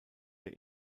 der